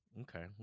Okay